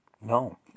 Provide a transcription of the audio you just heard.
no